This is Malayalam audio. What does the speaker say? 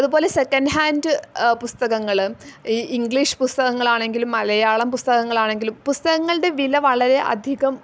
അതുപോലെ സെക്കൻഡ് ഹാൻഡ് പുസ്തകങ്ങൾ ഈ ഇംഗ്ലീഷ് പുസ്തകങ്ങളാണെങ്കിലും മലയാളം പുസ്തകങ്ങളാണെങ്കിലും പുസ്തകങ്ങളുടെ വില വളരെ അധികം